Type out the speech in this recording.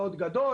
מאוד גדול.